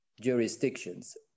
jurisdictions